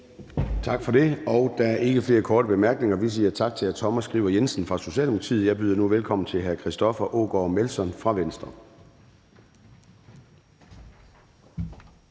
Tak for det. Der er ikke flere korte bemærkninger. Vi siger tak til hr. Thomas Skriver Jensen fra Socialdemokratiet. Jeg byder nu velkommen til hr. Christoffer Aagaard Melson fra Venstre.